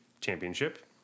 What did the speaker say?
championship